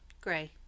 gray